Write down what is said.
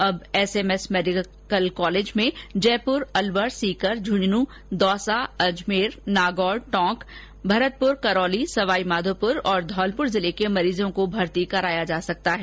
अब SMS medical college में जयपुर अलवर सीकर झन्झुन्न दौसा अजमेर नागौर टोंक भरतपुर करौली सवाईमाधोपुर और धौलपुर जिले के मरीजों को भर्ती कराया जा सकता है